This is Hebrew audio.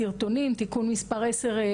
והפגיעות ברשת,